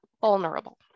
vulnerable